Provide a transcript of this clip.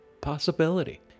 possibility